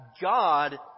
God